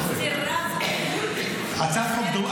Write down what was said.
סירבתם בכל פעם.